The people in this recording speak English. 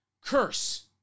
curse